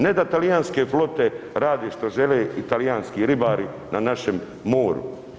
Ne da talijanske flote rade što žele i talijanski ribari na našem moru.